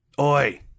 Oi